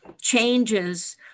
changes